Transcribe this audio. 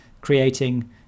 creating